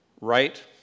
Right